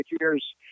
years